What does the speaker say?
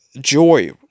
joy